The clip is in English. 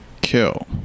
kill